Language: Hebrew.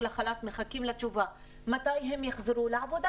לחל"ת מחכים לתשובה מתי הם יחזרו לעבודה.